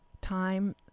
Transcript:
time